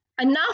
enough